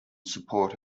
support